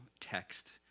text